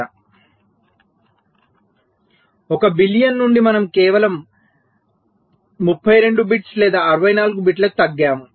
1 billion నుండి మనం కేవలం 32 బిట్స్ లేదా 64 బిట్లకు తగ్గాము